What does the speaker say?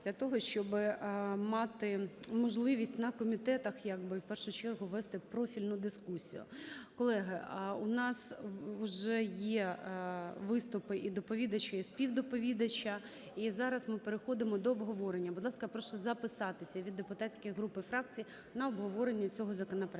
для того, щоб мати можливість на комітетах як би в першу чергу вести профільну дискусію. Колеги, у нас вже є виступи і доповідача, і співдоповідача. І зараз ми переходимо до обговорення. Будь ласка, прошу записатися від депутатських груп і фракцій на обговорення цього законопроекту.